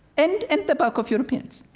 and and the bulk of europeans